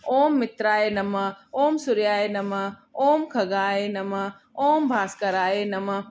ओम मित्राय नमह ओम सूर्याय नमह ओम खगाय नमह ओम भास्कराय नमह